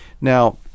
Now